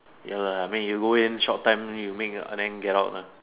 ya lah I mean you go in short time you make and then get out lah